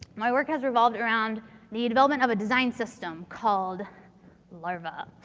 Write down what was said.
my work has revolved around the development of a design system called larva.